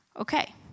Okay